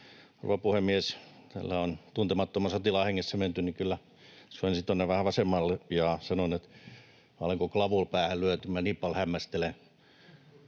rouva puhemies! Täällä on Tuntemattoman sotilaan hengessä menty, niin kyllä jos nojaisin tuonne vähän vasemmalle ja sanon, että ”mä olen ku klavul päähä lyöty, mä niin pal hämmästele”.